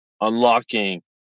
unlocking